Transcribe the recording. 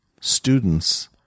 students